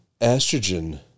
estrogen